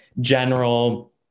general